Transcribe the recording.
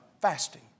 fasting